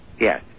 yes